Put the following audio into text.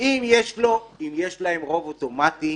אם יש להם רוב אוטומטי,